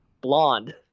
blonde